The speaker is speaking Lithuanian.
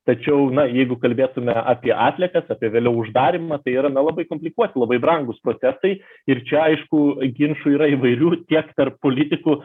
tačiau na jeigu kalbėtume apie atliekas apie vėliau uždarymą tai yra na labai komplikuoti labai brangūs procesai ir čia aišku ginčų yra įvairių tiek tarp politikų